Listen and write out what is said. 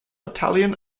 italian